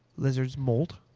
there's there's not